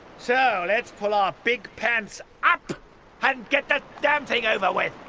so let's pull our big pants up and get the damn thing over with.